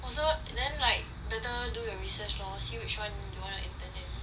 also then like later do your research lor see which one you want to intern at